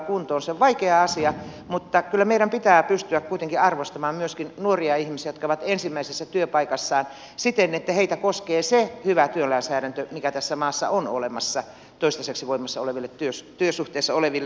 se on vaikea asia mutta kyllä meidän pitää pystyä kuitenkin arvostamaan myöskin nuoria ihmisiä jotka ovat ensimmäisessä työpaikassaan siten että heitä koskee se hyvä työlainsäädäntö joka tässä maassa on olemassa toistaiseksi voimassa olevassa työsuhteessa oleville ihmisille